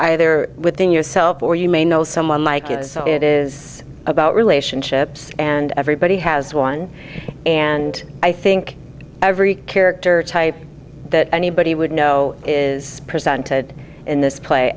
either within yourself or you may know someone like you as it is about relationships and everybody has one and i think every character type that anybody would know is presented